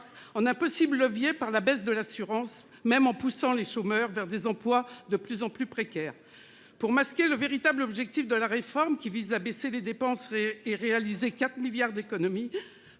on a possible levier par la baisse de l'assurance. Même en poussant les chômeurs vers des emplois de plus en plus précaire. Pour masquer le véritable objectif de la réforme qui vise à baisser les dépenses re-et réaliser 4 milliards d'économies.